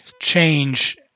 change